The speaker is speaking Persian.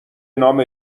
نام